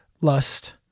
lust